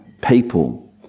people